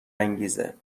انگیزه